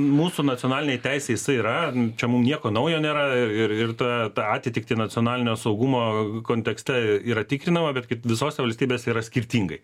mūsų nacionalinėj teisėj jisai ramiai čia mum nieko naujo nėra ir ir tą tą atitikti nacionalinio saugumo kontekste yra tikrinama bet kaip visose valstybėse yra skirtingai